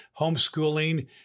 homeschooling